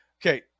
Okay